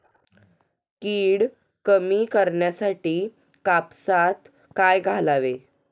कीड कमी करण्यासाठी कापसात काय घालावे?